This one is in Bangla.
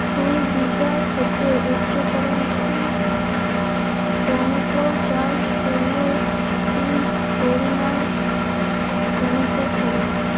দুই বিঘা খেতে উচ্চফলনশীল টমেটো চাষ করলে কি পরিমাণ টমেটো হবে?